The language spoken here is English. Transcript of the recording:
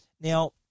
Now